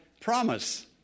promise